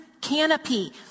canopy